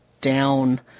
down